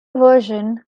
version